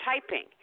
typing